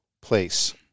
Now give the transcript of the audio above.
place